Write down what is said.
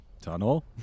tunnel